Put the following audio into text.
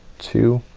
two,